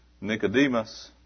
Nicodemus